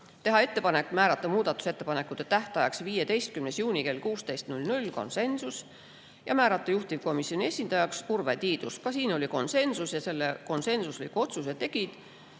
teha ettepanek määrata muudatusettepanekute tähtajaks 15. juuni kell 16, siin oli konsensus; määrata juhtivkomisjoni esindajaks Urve Tiidus, ka siin oli konsensus. Need konsensuslikud otsused tegid